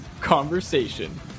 Conversation